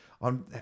on